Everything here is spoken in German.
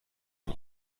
von